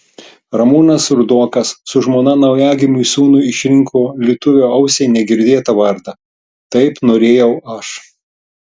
ramūnas rudokas su žmona naujagimiui sūnui išrinko lietuvio ausiai negirdėtą vardą taip norėjau aš